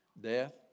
death